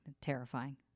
Terrifying